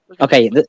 Okay